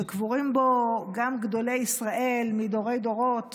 שקבורים בו גם גדולי ישראל מדורי-דורות